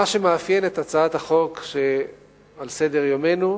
מה שמאפיין את הצעת החוק שעל סדר-יומנו,